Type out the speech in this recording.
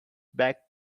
back